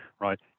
right